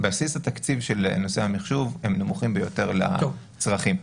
בסיס התקציב של נושא המחשוב הוא נמוך ביותר ביחס לצרכים.